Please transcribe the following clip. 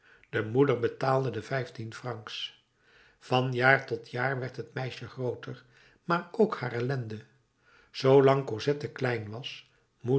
de moeder betaalde de vijftien francs van jaar tot jaar werd het meisje grooter maar ook haar ellende zoolang cosette klein was